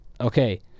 Okay